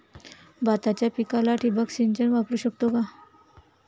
भाताच्या पिकाला ठिबक सिंचन वापरू शकतो का?